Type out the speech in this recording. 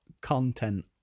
content